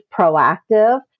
proactive